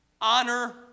honor